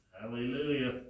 Hallelujah